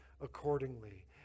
accordingly